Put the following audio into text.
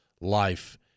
life